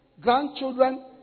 grandchildren